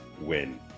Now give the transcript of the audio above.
win